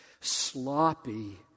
sloppy